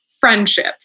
friendship